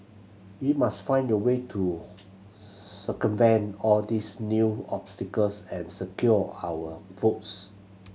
we must find a way to circumvent all these new obstacles and secure our votes